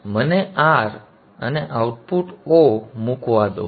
તેથી મને R અને આઉટપુટ O મૂકવા દો